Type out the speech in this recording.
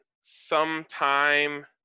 sometime